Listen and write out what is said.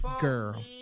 Girl